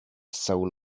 soul